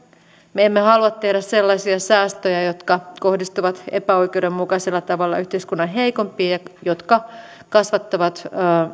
me emme halua tehdä sellaisia säästöjä jotka kohdistuvat epäoikeudenmukaisella tavalla yhteiskunnan heikompiin ja jotka kasvattavat